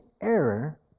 error